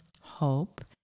hope